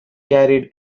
carried